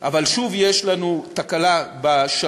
אבל שוב יש לנו תקלה בשרון,